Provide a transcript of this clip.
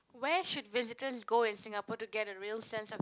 where should visitors go in Singapore to get a real sense of